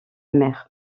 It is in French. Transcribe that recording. mer